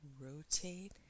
Rotate